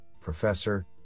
Professor